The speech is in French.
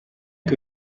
que